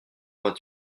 vingt